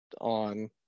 on